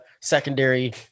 secondary